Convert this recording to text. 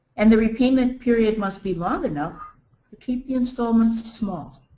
and the repayment period must be long enough to keep the installments small.